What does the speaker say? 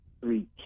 three